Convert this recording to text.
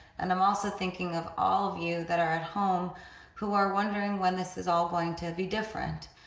and i'm also thinking of all of you that are at home who are wondering when this is all going to be different.